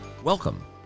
Welcome